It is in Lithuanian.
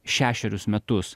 šešerius metus